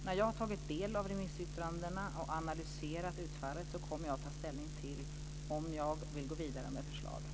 När jag tagit del av remissyttrandena och analyserat utfallet, kommer jag att ta ställning till om jag vill gå vidare med förslaget.